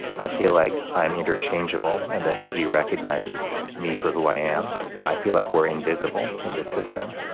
i feel like i'm interchangeable and that nobody recognizes me for who i am, i feel like we're invisible in the system,